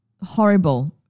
horrible